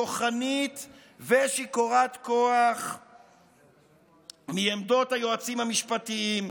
כוחנית ושיכורת כוח מעמדות היועצים המשפטיים,